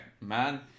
man